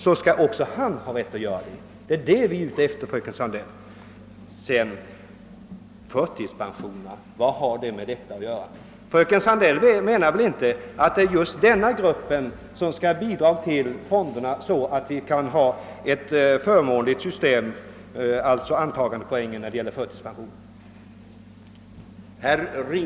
Då skall enligt vår mening rätt till avdrag föreligga på den del av inkomsten som kommer från eget företag. Och vad har förtidspensionerna med detta att göra? Fröken Sandell menar väl inte att det är denna grupp som ensam skall svara för att det blir ett fördelaktigare system för antagandepoäng när det gäller förtidspension?